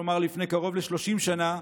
כלומר לפני קרוב ל-30 שנה,